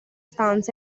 stanza